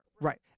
Right